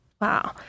Wow